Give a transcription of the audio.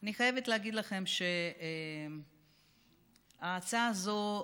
אני חייבת להגיד לכם שההצעה הזאת,